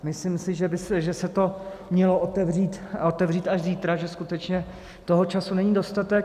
Myslím si, že se to mělo otevřít až zítra, že skutečně toho času není dostatek.